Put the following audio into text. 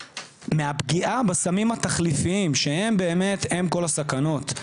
ומהפגיעה בסמים התחליפיים, שהם באמת אם כל הסכנות.